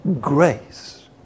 grace